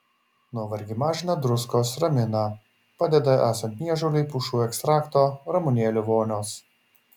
nuovargį mažina druskos ramina padeda esant niežuliui pušų ekstrakto ramunėlių vonios